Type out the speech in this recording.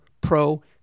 pro